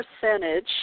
percentage